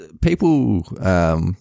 People